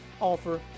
offer